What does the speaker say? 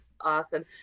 awesome